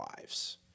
lives